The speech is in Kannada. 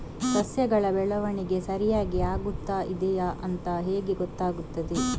ಸಸ್ಯಗಳ ಬೆಳವಣಿಗೆ ಸರಿಯಾಗಿ ಆಗುತ್ತಾ ಇದೆ ಅಂತ ಹೇಗೆ ಗೊತ್ತಾಗುತ್ತದೆ?